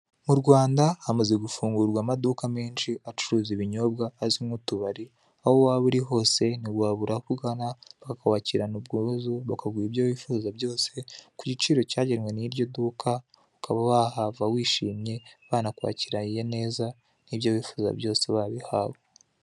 Mu Rwanda hamaze gufungurwa amaduka menshi acuruza ibinyobwa azwi nk'utubari, aho waba uri hose nti wabura aho ugana, baka kwakirana ubwuzu, bakaguha ibyo wifuza byose ku giciro cyagenwe n'iryo duka, ukaba wahava wishimye, bana kwakiraye neza, n'ibyo wifuza byose wabihawe.